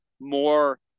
more